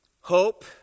Hope